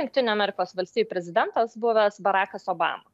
jungtinių amerikos valstijų prezidentas buvęs barakas obama